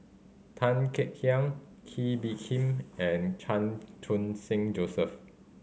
Tan Kek Hiang Kee Bee Khim and Chan Khun Sing Joseph